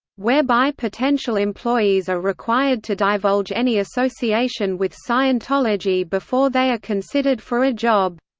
whereby potential employees are required to divulge any association with scientology before they are considered for a job.